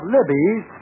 Libby's